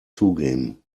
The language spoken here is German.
zugeben